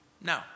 No